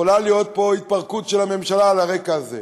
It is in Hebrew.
יכולה להיות פה התפרקות של הממשלה, על רקע זה.